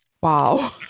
Wow